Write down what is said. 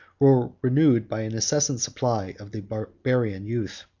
were renewed by an incessant supply of the barbarian youth.